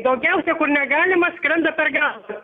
daugiausia niekur negalima skrenda per galvą